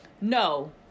no